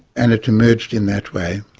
and it emerged in that way.